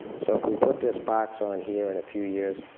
so if we put this box on here in a few years,